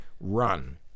run